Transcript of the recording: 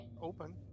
open